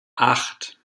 acht